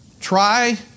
try